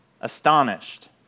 astonished